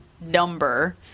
number